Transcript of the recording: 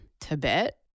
Tibet